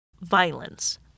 violence